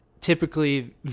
typically